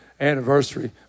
anniversary